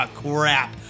crap